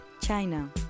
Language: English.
China